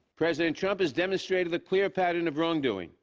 president trump has demonstrated a clear pattern of wrongdoing.